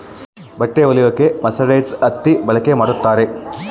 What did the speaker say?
ಬಟ್ಟೆ ಹೊಲಿಯಕ್ಕೆ ಮರ್ಸರೈಸ್ಡ್ ಹತ್ತಿ ಬಳಕೆ ಮಾಡುತ್ತಾರೆ